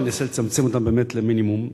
אני אנסה לצמצם אותן באמת למינימום.